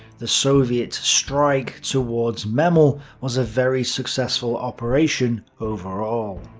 the soviet strike towards memel was a very successful operation overall.